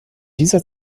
dieser